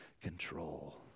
control